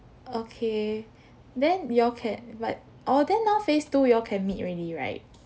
okay then you all can like oh then now phase two you all can meet already right